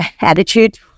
attitude